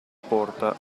porta